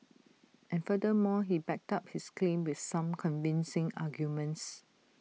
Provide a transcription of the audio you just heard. and furthermore he backed up his claim with some convincing arguments